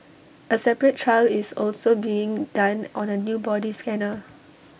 A separate trial is also being done on A new body scanner